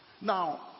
Now